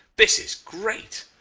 this is great.